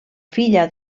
filla